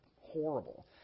horrible